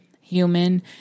human